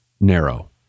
narrow